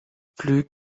plus